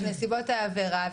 של נסיבות העבירה,